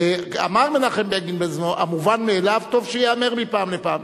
אמר מנחם בגין בזמנו: המובן מאליו טוב שייאמר מפעם לפעם.